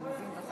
השר התורן,